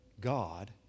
God